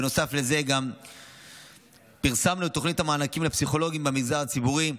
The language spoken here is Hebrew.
בנוסף לזה גם פרסמנו את תוכנית המענקים לפסיכולוגים במגזר הציבורי,